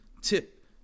tip